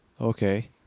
Okay